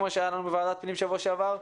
כמו שהיה לנו בוועדת פנים שבוע שעבר,